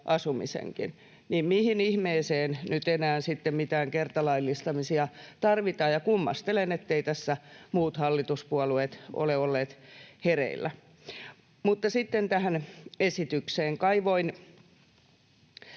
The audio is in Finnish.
asumisenkin. Mihin ihmeeseen nyt enää sitten mitään kertalaillistamisia tarvitaan? Kummastelen, etteivät muut hallituspuolueet ole olleet hereillä. Mutta sitten tähän esitykseen. Kaivoin